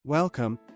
welcome